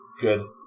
Good